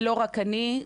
ולא רק אני,